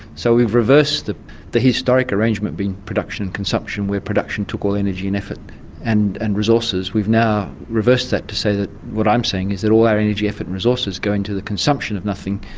so we've reversed the the historic arrangement, being production and consumption, where production took all energy and effort and and resources, we've now reversed that to say that. what i'm saying is that all our energy, effort and resources go into the consumption of nothing,